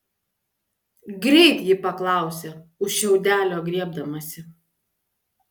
greit ji paklausė už šiaudelio griebdamasi